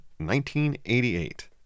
1988